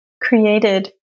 created